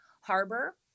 harbor